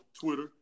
Twitter